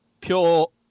pure